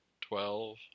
twelve